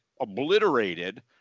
obliterated